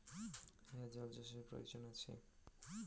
মূলা চাষ করতে কোনো জলসেচ পদ্ধতির প্রয়োজন আছে কী?